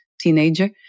teenager